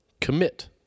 Commit